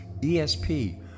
ESP